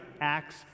Acts